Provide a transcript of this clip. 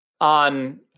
On